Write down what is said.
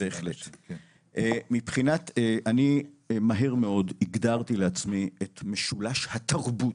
-- מבחינתי אני מהר מאוד הגדרתי לעצמי את משולש התרבות,